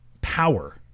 power